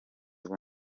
ubu